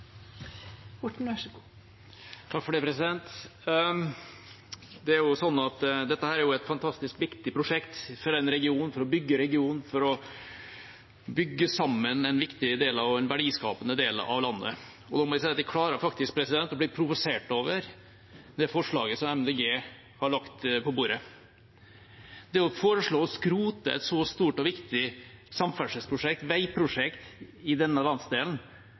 et fantastisk viktig prosjekt for en region – for å bygge regionen, for å bygge sammen en viktig del av en verdiskapende del av landet. Da må jeg si at jeg klarer å bli provosert over det forslaget Miljøpartiet De Grønne har lagt på bordet. Det å foreslå å skrote et så stort og viktig samferdselsprosjekt, veiprosjekt, i denne landsdelen